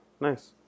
Nice